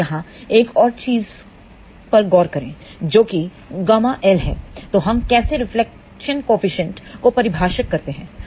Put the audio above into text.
अब यहां एक और चीज पर गौर करें जो किƬLहै तो हम कैसे रिफ्लेक्शन कोफिशेंट को परिभाषित करते हैं